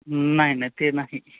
नाही ना ते नाही